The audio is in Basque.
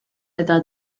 eta